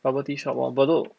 bubble tea shop orh bedok